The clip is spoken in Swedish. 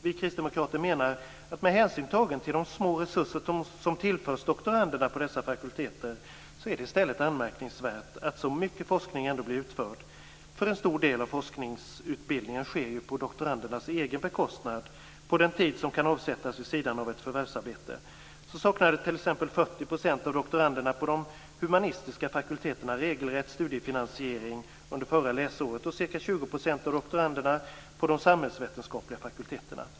Vi kristdemokrater menar att med hänsyn tagen till de små resurser som tillförs doktoranderna på dessa fakulteter är det i stället anmärkningsvärt att så mycket forskning ändå blir utförd. En stor del av forskningsutbildningen sker ju på doktorandernas egen bekostnad, på den tid som kan avsättas vid sidan av ett förvärvsarbete. Så saknade t.ex. 40 % av doktoranderna på de humanistiska fakulteterna regelrätt studiefinansiering under förra läsåret och ca 20 % av doktoranderna på de samhällsvetenskapliga fakulteterna.